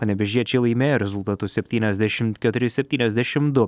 panevėžiečiai laimėjo rezultatu septyniasdešimt keturi septyniasdešim du